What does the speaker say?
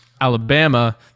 Alabama